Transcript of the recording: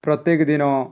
ପ୍ରତ୍ୟେକ ଦିନ